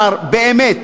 באמת,